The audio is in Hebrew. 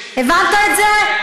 הבנת את זה?